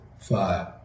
five